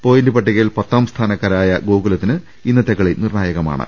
point പട്ടികയിൽ പത്താം സ്ഥാനക്കാരായ ഗോകുലത്തിന് ഇന്നത്തെ കളി നിർണായകമാ ണ്